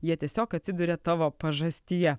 jie tiesiog atsiduria tavo pažastyje